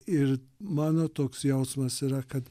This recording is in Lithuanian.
ir mano toks jausmas yra kad